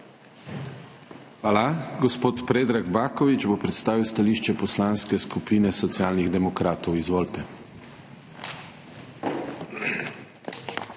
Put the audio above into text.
Hvala. Mag. Meira Hot bo predstavila stališče Poslanske skupine Socialnih demokratov. Izvoli.